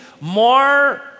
more